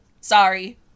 Sorry